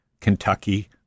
Kentucky